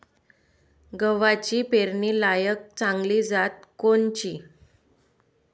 गव्हाची पेरनीलायक चांगली जात कोनची?